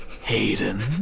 Hayden